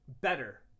better